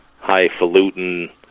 highfalutin